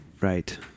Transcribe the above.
Right